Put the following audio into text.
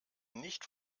nicht